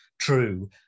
true